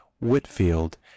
Whitfield